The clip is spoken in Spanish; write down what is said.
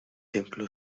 templo